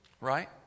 Right